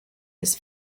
his